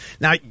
Now